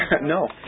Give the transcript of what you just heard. No